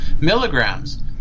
milligrams